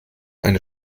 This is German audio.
eine